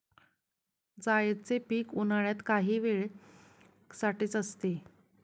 जायदचे पीक उन्हाळ्यात काही वेळे साठीच असते